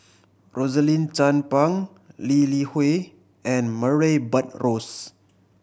Rosaline Chan Pang Lee Li Hui and Murray Buttrose